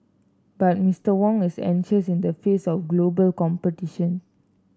but Mister Wong is anxious in the face of global competition